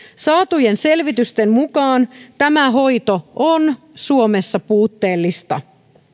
saatujen selvitysten mukaan tämä hoito on suomessa puutteellista